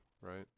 right